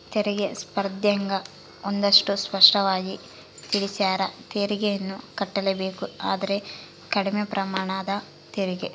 ತೆರಿಗೆ ಸ್ಪರ್ದ್ಯಗ ಒಂದಷ್ಟು ಸ್ಪಷ್ಟವಾಗಿ ತಿಳಿಸ್ಯಾರ, ತೆರಿಗೆಯನ್ನು ಕಟ್ಟಲೇಬೇಕು ಆದರೆ ಕಡಿಮೆ ಪ್ರಮಾಣದ ತೆರಿಗೆ